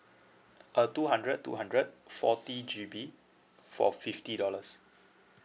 uh two hundred two hundred forty G_B for fifty dollars